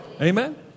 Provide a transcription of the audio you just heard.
amen